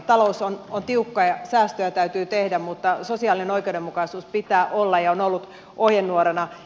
talous on tiukka ja säästöjä täytyy tehdä mutta sosiaalisen oikeudenmukaisuuden pitää olla ja se on ollut ohjenuorana